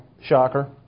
shocker